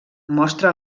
mostra